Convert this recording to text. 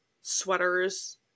sweaters